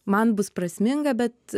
man bus prasminga bet